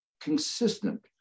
consistent